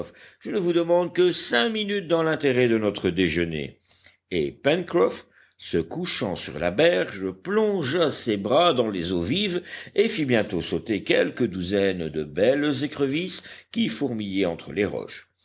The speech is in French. je ne vous demande que cinq minutes dans l'intérêt de notre déjeuner et pencroff se couchant sur la berge plongea ses bras dans les eaux vives et fit bientôt sauter quelques douzaines de belles écrevisses qui fourmillaient entre les roches